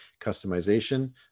customization